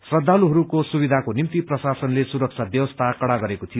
श्रद्वालुहरूको सुविधाको निम्ति प्रशासनले सुरक्षा ब्यवस्था कड़ा गरेको थियो